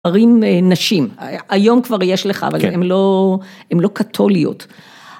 ערים נשים, היום כבר יש לך, אבל הן לא קתוליות.